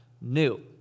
new